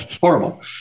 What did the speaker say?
horrible